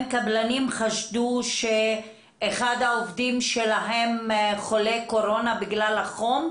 קבלנים חשדו שאחד העובדים שלהם חולה קורונה בגלל החום,